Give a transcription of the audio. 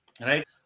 right